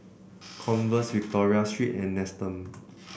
Converse Victoria Secret and Nestum